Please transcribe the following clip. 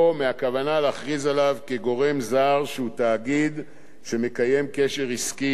להכריז עליו כגורם זר שהוא תאגיד שמקיים קשר עסקי עם אירן,